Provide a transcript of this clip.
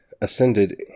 ascended